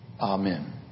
Amen